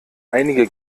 einige